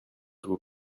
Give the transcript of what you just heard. vous